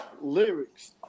lyrics